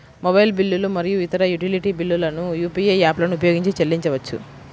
mobile బిల్లులు మరియు ఇతర యుటిలిటీ బిల్లులను యూ.పీ.ఐ యాప్లను ఉపయోగించి చెల్లించవచ్చు